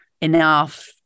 enough